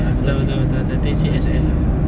tu C this is